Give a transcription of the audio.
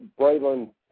Braylon